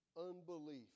unbelief